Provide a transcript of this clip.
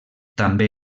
també